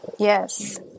Yes